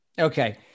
okay